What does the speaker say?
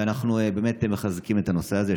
ואנחנו באמת מחזקים את הנושא הזה.